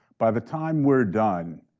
by the time we're done,